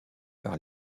par